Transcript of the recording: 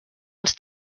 els